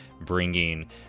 bringing